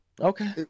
Okay